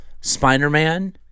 Spider-Man